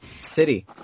city